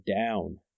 down